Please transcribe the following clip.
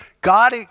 God